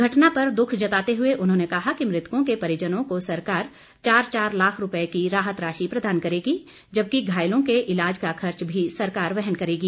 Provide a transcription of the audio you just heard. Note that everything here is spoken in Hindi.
घटना पर दुख जताते हुए उन्होंने कहा कि मृतकों के परिजनों को सरकार चार चार लाख रूपए की राहत राशि प्रदान करेगी जबकि घायलों के इलाज का खर्च भी सरकार वहन करेगी